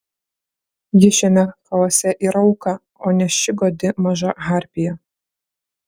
ji šiame chaose yra auka o ne ši godi maža harpija